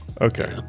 Okay